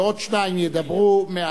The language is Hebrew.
הצעה מס' 6249. ועוד שניים ידברו מהצד,